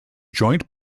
joint